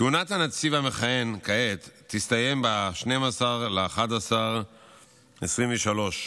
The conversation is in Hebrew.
כהונת הנציב המכהן כעת תסתיים ב-12 בנובמבר 2023,